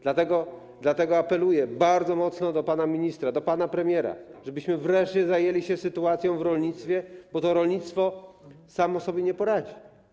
Dlatego apeluję bardzo mocno do pana ministra, do pana premiera, żebyśmy wreszcie zajęli się sytuacją w rolnictwie, bo rolnictwo samo sobie nie poradzi.